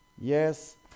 Yes